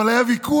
אבל היה ויכוח,